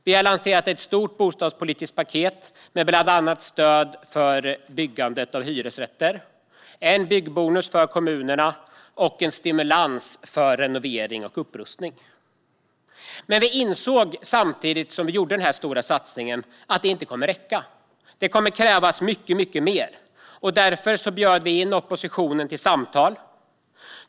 Vi har lanserat ett stort bostadspolitiskt paket med bland annat stöd till byggande av hyresrätter, en byggbonus till kommunerna och en stimulans för renovering och upprustning. Vi insåg samtidigt som vi gjorde den här stora satsningen att det inte kommer att räcka. Det kommer att krävas mycket mer. Därför bjöd vi in oppositionen till samtal.